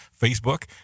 Facebook